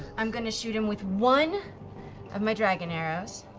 i'm going to shoot him with one of my dragon arrows.